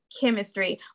chemistry